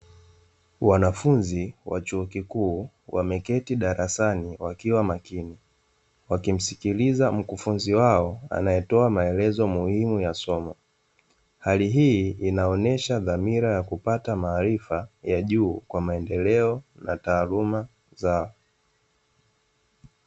Wanafunzi wa chuo kikuu wameketi darasani wakiwa makini, wakimsikiliza mkufunzi wao anayetoa maelezo muhimu ya somo. Hali hii inaonyesha dhamira ya kupata maarifa ya juu kwa maendeleo ya taaluma zao.